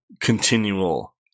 continual